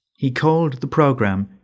he called the program,